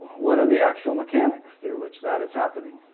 what are the actual mechanics through which that is happening?